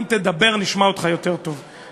אם תדבר נשמע אותך יותר טוב.